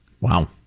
Wow